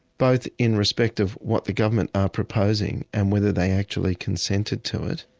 both in respect of what the government are proposing, and whether they actually consented to it